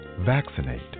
Vaccinate